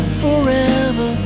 forever